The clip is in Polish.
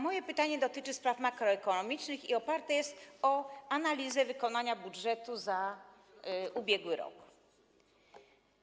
Moje pytanie dotyczy spraw makroekonomicznych i oparte jest na analizie wykonania budżetu za ubiegły rok.